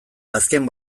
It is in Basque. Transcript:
azken